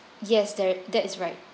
yes ther~ that's right